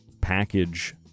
package